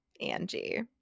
Angie